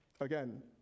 again